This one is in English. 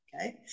okay